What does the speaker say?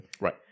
Right